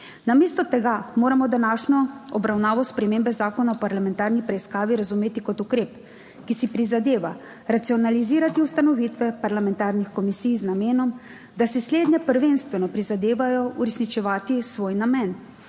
Namesto tega moramo današnjo obravnavo spremembe Zakona o parlamentarni preiskavi razumeti kot ukrep, ki si prizadeva racionalizirati ustanovitve parlamentarnih komisij z namenom, da se slednje prvenstveno prizadevajo uresničevati svoj namen,